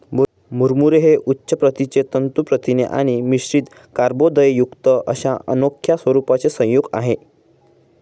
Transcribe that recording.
मुरमुरे हे उच्च प्रतीचे तंतू प्रथिने आणि मिश्रित कर्बोदकेयुक्त अशा अनोख्या स्वरूपाचे संयोग आहे